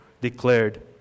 declared